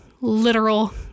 literal